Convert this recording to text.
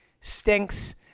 stinks